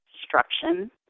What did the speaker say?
destruction